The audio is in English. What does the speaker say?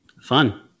Fun